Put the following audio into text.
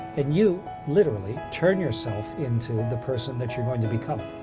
and you literally turn yourself into the person that you're going to become.